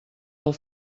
del